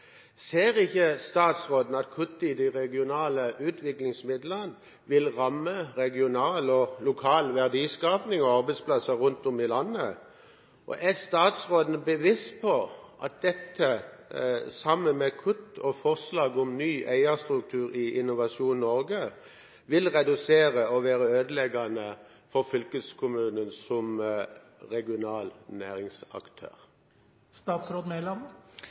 Ser ikke statsråden at kutt i de regionale utviklingsmidlene vil ramme regional og lokal verdiskaping og arbeidsplasser rundt om i landet? Og er statsråden bevisst på at dette, sammen med kutt og forslag om ny eierstruktur i Innovasjon Norge, vil redusere og være ødeleggende for fylkeskommunen som regional næringsaktør?